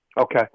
okay